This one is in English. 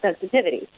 sensitivity